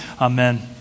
Amen